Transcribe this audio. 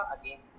Again